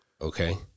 Okay